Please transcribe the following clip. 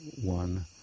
one